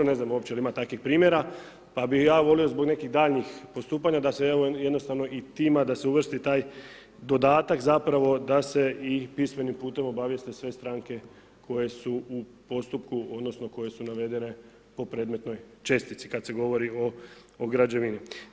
Ne znam jel ima uopće takvih primjera, pa bih ja volio zbog nekih daljnjih da se evo, jednostavno i tima da se uvrsti taj dodatak zapravo da se i pismenim putem obavijeste sve stranke koje su u postupku odnosno koje su navedene po predmetnoj čestici, kad se govorio o građevini.